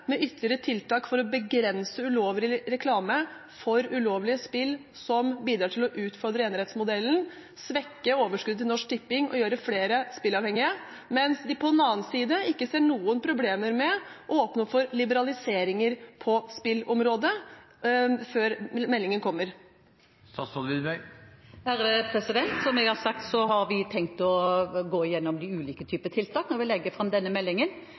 med ytterligere tiltak for å begrense ulovlig reklame for ulovlige spill som bidrar til å utfordre enerettsmodellen, svekke overskuddet til Norsk Tipping og gjøre flere spilleavhengige – mens de på den andre siden ikke ser noen problemer med å åpne opp for liberaliseringer på spillområdet før meldingen kommer? Som jeg har sagt, har vi tenkt å gå gjennom de ulike typene tiltak når vi legger fram denne meldingen.